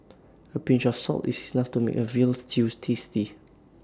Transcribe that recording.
A pinch of salt is enough to make A Veal Stew tasty